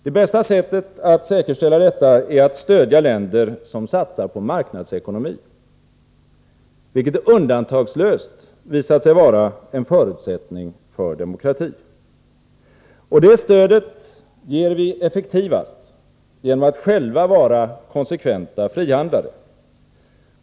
Det bästa sättet att säkerställa detta är att stödja länder som satsar på marknadsekonomi, vilket undantagslöst visat sig vara en förutsättning för demokrati. Och det stödet ger vi effektivast genom att själva vara konsekventa frihandlare.